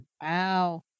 Wow